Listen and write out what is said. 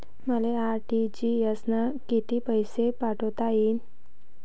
मले आर.टी.जी.एस न कितीक पैसे पाठवता येईन?